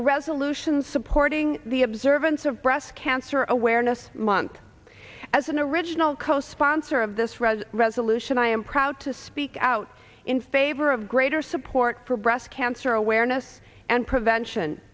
resolution supporting the observance of breast cancer awareness month as an original co sponsor of this rez resolution i am proud to speak out in favor of greater support for breast cancer awareness and prevention